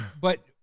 But-